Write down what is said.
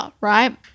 right